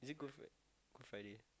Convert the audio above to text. is it good fri~ good friday